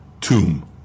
tomb